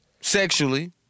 sexually